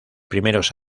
primeros